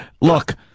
Look